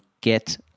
get